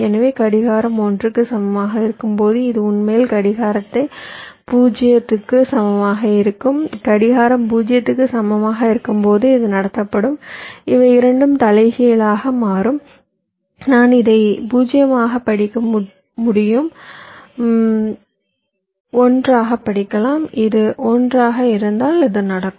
எனவே கடிகாரம் 1 க்கு சமமாக இருக்கும்போது இது உண்மையில் கடிகாரத்தை 0 க்கு சமமாக இருக்கும் கடிகாரம் 0 க்கு சமமாக இருக்கும்போது இது நடத்தப்படும் இவை இரண்டும் தலைகீழாக மாறும் நான் இதை 0 ஆக படிக்க முடியும் 1 ஆக படிக்கலாம் இது 1ஆக இருந்தால் இது நடக்கும்